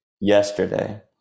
yesterday